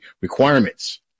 requirements